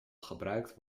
gebruikt